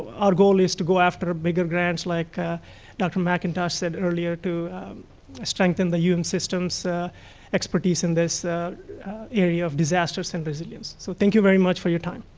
our goal is to go after bigger grants, like dr. mcintosh said earlier, to strengthen the um and systems' expertise in this area of disasters and resilience. so thank you very much for your time.